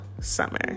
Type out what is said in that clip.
summer